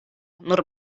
nur